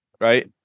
right